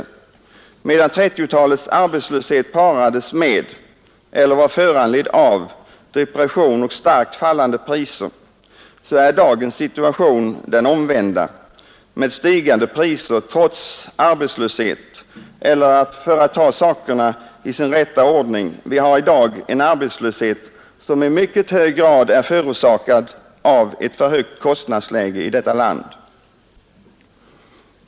Medan 1930-talets arbetslöshet parades med eller var föranledd av depression och starkt fallande priser är dagens situation den omvända, med stigande priser trots arbetslöshet. Eller för att ta sakerna i sin rätta ordning, vi har nu en arbetslöshet som i mycket hög grad är förorsakad av ett för högt kostnadsläge i vårt land.